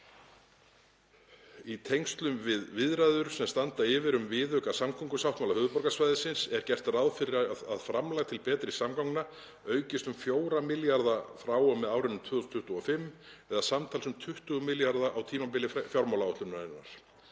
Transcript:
„Í tengslum við viðræður sem standa yfir um viðauka samgöngusáttmála höfuðborgarsvæðisins er gert ráð fyrir að framlag til Betri samgangna aukist um 4 ma.kr. frá og með árinu 2025 eða samtals um 20 ma.kr. á tímabili fjármálaáætlunarinnar.